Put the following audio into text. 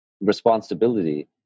responsibility